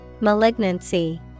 Malignancy